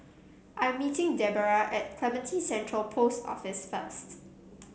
i am meeting Debera at Clementi Central Post Office first